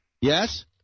Yes